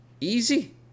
Easy